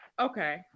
Okay